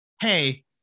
hey